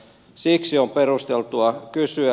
siksi on perusteltua kysyä